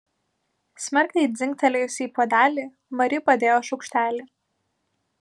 smarkiai dzingtelėjusi į puodelį mari padėjo šaukštelį